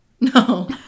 No